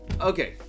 okay